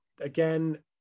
again